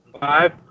five